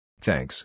Thanks